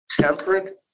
temperate